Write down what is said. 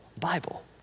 Bible